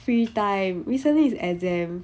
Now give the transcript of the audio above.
free time recently is exam